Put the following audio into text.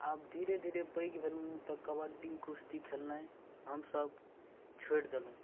आब धीरे धीरे पैघ भेलहुँ तऽ कबड्डी कुश्ती खेलनाइ हमसभ छोड़ि देलहुँ